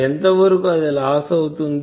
ఎంత వరకు అది లాస్ అవుతుంది